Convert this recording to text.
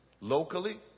locally